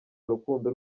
rukundo